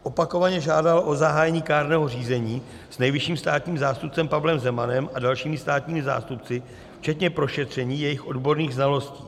Opakovaně žádala o zahájení kárného řízení s nejvyšším státním zástupcem Pavlem Zemanem a dalšími státními zástupci včetně prošetření jejich odborných znalostí.